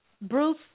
Bruce